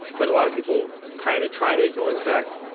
but a lot of people kind of try to ignore the fact.